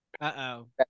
Uh-oh